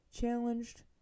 challenged